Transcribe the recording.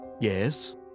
yes